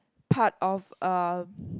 part of a